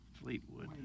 Fleetwood